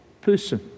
person